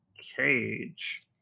Cage